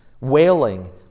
wailing